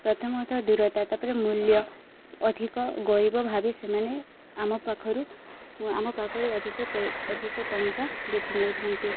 ପ୍ରଥମତଃ ଦୂରତା ତା'ପରେ ମୂଲ୍ୟ ଅଧିକ ଗରିବ ଭାାବି ସେମାନେ ଆମ ପାଖରୁ ଆମ ପାଖରୁ ଅଧିକ ଅଧିକ ଟଙ୍କା ଲୁଟିି ନେଉଛନ୍ତି